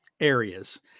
areas